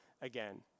again